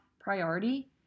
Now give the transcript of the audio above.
priority